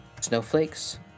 snowflakes